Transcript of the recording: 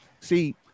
See